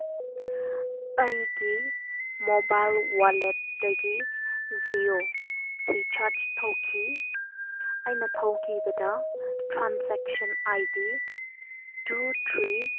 ꯑꯩꯒꯤ ꯃꯣꯕꯥꯏꯜ ꯋꯥꯂꯦꯠꯇꯒꯤ ꯖꯤꯑꯣ ꯔꯤꯆꯥꯔꯖ ꯇꯧꯈꯤ ꯑꯩꯅ ꯇꯧꯈꯤꯕꯗ transaction I D two three